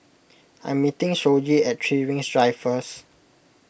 I am meeting Shoji at three Rings Drive First